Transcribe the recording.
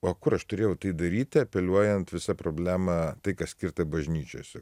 o kur aš turėjau tai daryti apeliuojant visą problemą tai kas skirta bažnyčioj